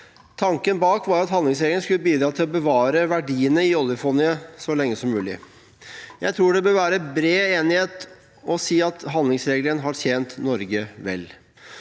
Tanken bak var at handlingsregelen skulle bidra til å bevare verdiene i oljefondet så lenge som mulig. Jeg tror det bør være bred enighet om å si at handlingsregelen har tjent Norge vel.